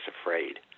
afraid